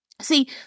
see